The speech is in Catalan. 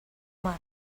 mar